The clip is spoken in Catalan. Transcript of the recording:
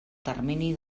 termini